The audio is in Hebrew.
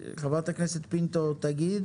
חברת הכנסת פינטו תדבר